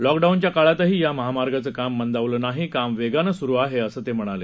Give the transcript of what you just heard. लॉकडाऊनच्या काळातही या महामार्गाचं काम मंदावलं नाही काम वेगानं सुरु आहे असं ते म्हणाले